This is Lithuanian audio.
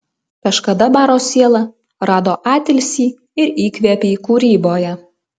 kažkada baro siela rado atilsį ir įkvėpį kūryboje